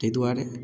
तै दुआरे